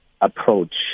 approach